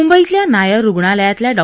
मुंबईतल्या नायर रुग्णालयातल्या डॉ